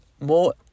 more